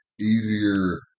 easier